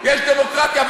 יש דמוקרטיה,